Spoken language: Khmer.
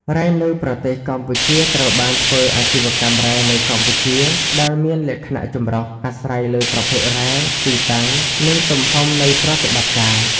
រ៉ែនៅប្រទេសកម្ពុជាត្រូវបានធ្វើអាជីវកម្មរ៉ែនៅកម្ពុជា ដែលមានលក្ខណៈចម្រុះ អាស្រ័យលើប្រភេទរ៉ែ ទីតាំង និងទំហំនៃប្រតិបត្តិការ។